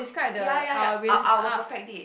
ya ya ya I I'll perfect it